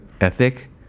ethic